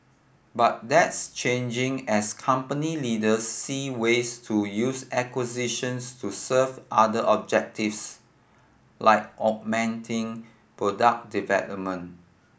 but that's changing as company leaders see ways to use acquisitions to serve other objectives like augmenting product development